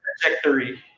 trajectory